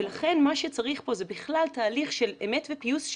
לכן מה שצריך פה זה בכלל תהליך של אמת ופיוס,